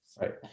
Right